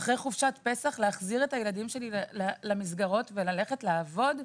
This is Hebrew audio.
אחרי חופשת פסח להחזיר את הילדים שלי למסגרות וללכת לעבוד.